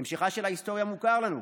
המשכה של ההיסטוריה מוכר לנו: